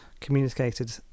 communicated